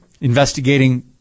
investigating